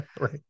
Right